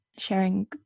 sharing